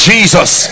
Jesus